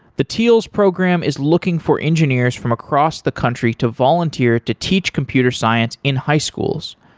the teals program is looking for engineers from across the country to volunteer to teach computer science in high schools.